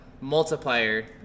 multiplier